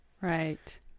Right